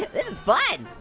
is but